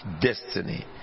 destiny